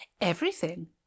Everything